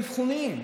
ואין כסף לאבחונים,